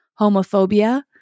homophobia